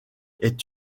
est